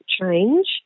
change